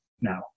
now